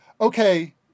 okay